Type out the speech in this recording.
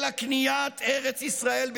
אלא קניית ארץ ישראל בייסורים,